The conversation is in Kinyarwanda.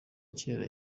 kera